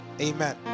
Amen